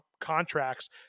contracts